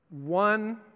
one